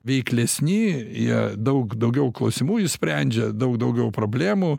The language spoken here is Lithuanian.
veiklesni jie daug daugiau klausimų išsprendžia daug daugiau problemų